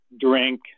drink